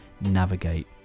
navigate